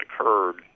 occurred